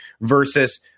versus